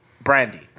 brandy